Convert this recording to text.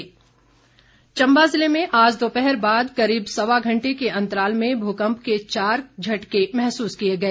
भुकम्प चम्बा ज़िले में आज दोपहर बाद करीब सवा घंटे के अंतराल में भूकम्प के चार झटके महसूस किए गए